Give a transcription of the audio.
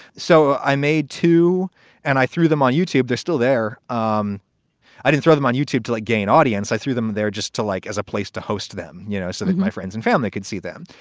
so i made two and i threw them on youtube. they're still there. um i didn't throw them on youtube to, like, gain audience. i threw them there just to, like, as a place to host them. you know something? my friends and family could see them.